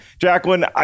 Jacqueline